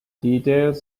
detail